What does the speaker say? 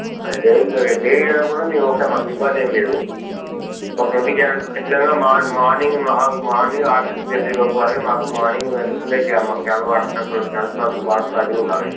daily మరి daily కాకుండా మేము ఓకే మాకు ఇబ్బంది ఏమి లేదు మాకు ట్వంటీ క్యాన్స్ ఖచ్చితంగా మాకు మార్నింగ్ మాకు మార్నింగ్ ఆఫీస్ తెరిచే లోపు పడితే మాకు మార్నింగ్ ఉండేటట్టు చేయాలి మాకు క్యాన్లో వాటర్ క్యాన్ ట్వంటీ క్యాన్లు మాకు వాటర్ రెడీగా ఉండాలి